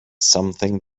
something